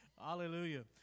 Hallelujah